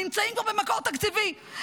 נמצאים כבר במקור תקציבי,